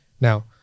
now